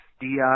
DI